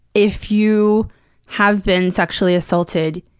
if you have been sexually assaulted,